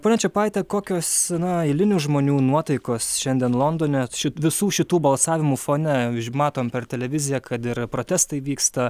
ponia čepaite kokios na eilinių žmonių nuotaikos šiandien londone ši visų šitų balsavimų fone matom per televiziją kad ir protestai vyksta